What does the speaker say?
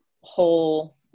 whole